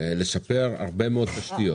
אנחנו מצפים שיחוברו בתי החולים האלה.